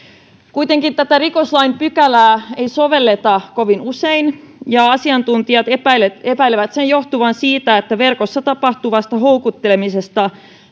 kuitenkaan tätä rikoslain pykälää ei sovelleta kovin usein ja asiantuntijat epäilevät epäilevät sen johtuvan siitä että verkossa tapahtuvasta houkuttelemisesta